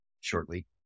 shortly